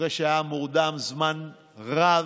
אחרי שהיה מורדם זמן רב.